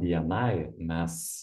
bni mes